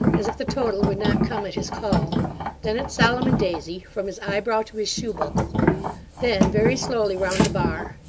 as if the total would not come at his call then at solomon daisy, from his eyebrow to his shoe-buckle then very slowly round the bar.